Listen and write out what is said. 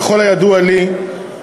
ככל הידוע לי,